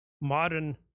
modern